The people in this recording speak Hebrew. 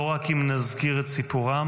לא רק אם נזכיר את סיפורם,